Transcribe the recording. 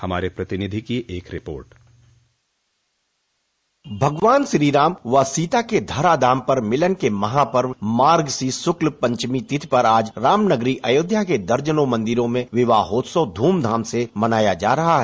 हमारे प्रतिनिधि की एक रिपोर्ट भगवान श्रीराम व सीता के धरा धाम पर मिलन के महापर्व मार्गशीष शुक्ल पंचमी तिथि पर आज रामनगरी के दर्जनों मंदिरों में विवाहोत्सव ध्रमधाम से मनाया जा रहा है